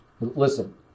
Listen